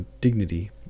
dignity